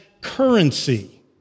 currency